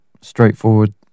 straightforward